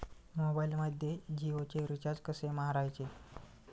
मोबाइलमध्ये जियोचे रिचार्ज कसे मारायचे?